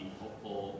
hopeful